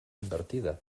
invertida